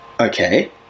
okay